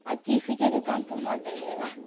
आ किसी के दुकान पर मत जाइएगा